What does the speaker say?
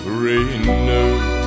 renewed